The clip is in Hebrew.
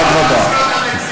אדרבה.